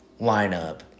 lineup